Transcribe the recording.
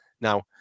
Now